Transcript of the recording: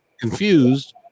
confused